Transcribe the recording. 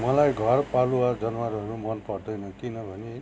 मलाई घरपालुवा जनावरहरू मन पर्दैन किनभने